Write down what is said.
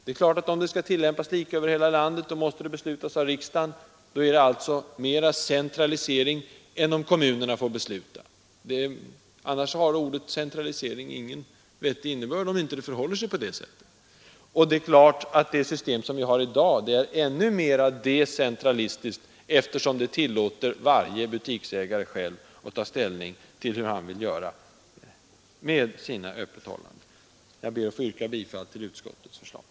Om dispensförfarandet skall tillämpas lika över hela landet måste nämligen beslut därom fattas av riksdagen, och därmed blir det en större centralisering än om kommunerna får bestämma. Det system som vi har i dag är ännu mer decentralistiskt, eftersom det tillåter varje butiksägare att själv ta ställning till öppethållandet. Jag ber att få yrka bifall till utskottets hemställan.